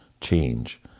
change